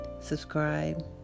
Subscribe